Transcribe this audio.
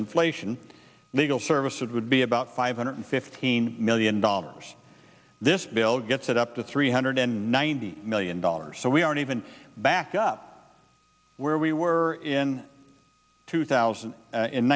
inflation legal services would be about five hundred fifteen million dollars this bill gets it up to three hundred ninety million dollars so we aren't even back up where we were in two thousand